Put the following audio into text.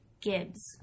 Gibbs